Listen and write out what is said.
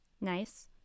Nice